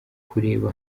kureba